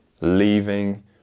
leaving